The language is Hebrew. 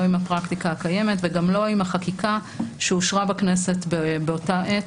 לא עם הפרקטיקה הקיימת וגם לא עם החקיקה שאושרה בכנסת באותה עת